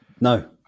No